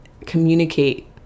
communicate